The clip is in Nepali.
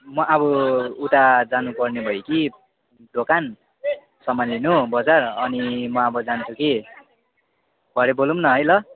म अब उता जानु पर्ने भयो कि दोकान सामान लिनु बजार अनि म अब जान्छु कि भरे बोलौँ न है ल